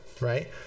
right